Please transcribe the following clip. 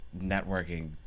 networking